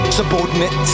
subordinate